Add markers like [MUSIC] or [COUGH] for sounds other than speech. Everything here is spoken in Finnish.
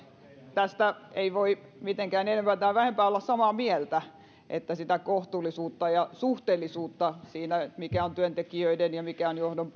tästä ei voi mitenkään enempää tai vähempää olla samaa mieltä mikä on kohtuullisuutta ja suhteellisuutta siinä mikä on työntekijöiden ja mikä on johdon [UNINTELLIGIBLE]